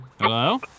Hello